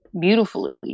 beautifully